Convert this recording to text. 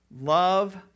love